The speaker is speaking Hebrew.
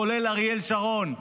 כולל אריאל שרון.